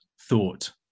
thought